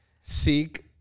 seek